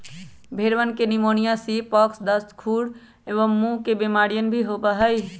भेंड़वन के pneumonia, sheep pox, दस्त, खुर एवं मुँह के बेमारियन भी होबा हई